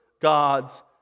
God's